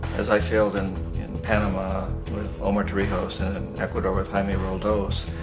as i failed and in panama with omar torrijos and ecuador with jaime roldos,